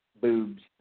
Boobs